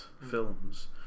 films